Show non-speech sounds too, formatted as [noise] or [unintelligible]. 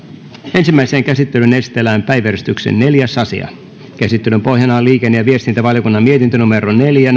ensimmäiseen käsittelyyn esitellään päiväjärjestyksen neljäs asia käsittelyn pohjana on liikenne ja viestintävaliokunnan mietintö neljä [unintelligible]